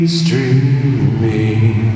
streaming